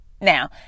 Now